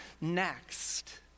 next